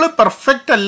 perfect